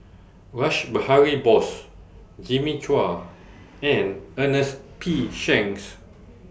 Rash Behari Bose Jimmy Chua and Ernest P Shanks